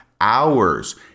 hours